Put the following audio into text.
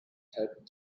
helped